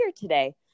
today